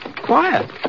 quiet